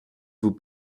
vous